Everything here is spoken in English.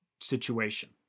situation